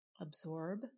absorb